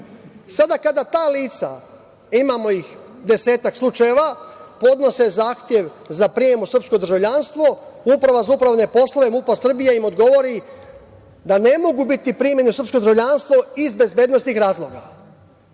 Sada kada ta lica, imamo ih desetak slučajeva, podnose zahtev za prijem u srpsko državljanstvo Uprava za upravne poslove MUP-a Srbije im odgovori da ne mogu biti primljeni u srpsko državljanstvo iz bezbednosnih razloga.